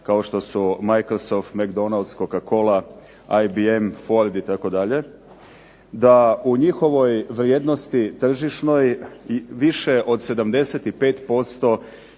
kao što su MICROSOFT, MCDONALD'S, COCA-COLA, IBM, FORD itd., da u njihovoj vrijednosti tržišnoj i više od 75%